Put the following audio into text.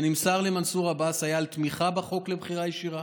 שנמסר למנסור עבאס היה על תמיכה בחוק לבחירה ישירה